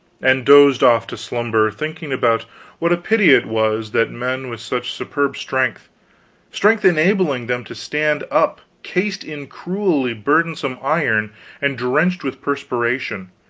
and dozed off to slumber, thinking about what a pity it was that men with such superb strength strength enabling them to stand up cased in cruelly burdensome iron and drenched with perspiration,